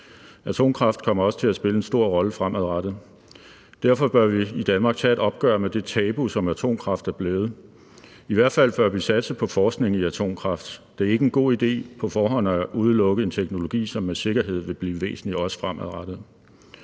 atomkraft kommer også til at spille en stor rolle fremadrettet. Derfor bør vi i Danmark tage et opgør med det tabu, som atomkraft er blevet. I hvert fald bør vi satse på forskning i atomkraft. Det er ikke en god ide på forhånd at udelukke en teknologi, som med sikkerhed vil blive væsentlig også fremadrettet.